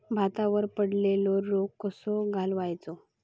भातावर पडलेलो रोग कसो घालवायचो?